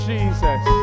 Jesus